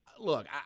Look